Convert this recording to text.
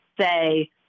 say –